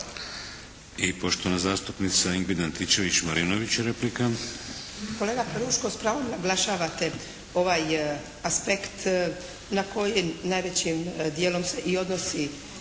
Marinović, replika. **Antičević Marinović, Ingrid (SDP)** Kolega Peruško, s pravom naglašavate ovaj aspekt na koji najvećim dijelom se i odnosi